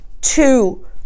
two